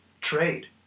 trade